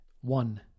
one